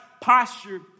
posture